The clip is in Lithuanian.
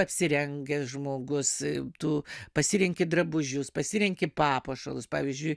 apsirengęs žmogus tu pasirenki drabužius pasirenki papuošalus pavyzdžiui